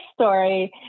story